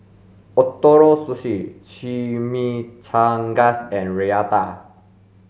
Ootoro Sushi Chimichangas and Raita